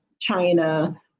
China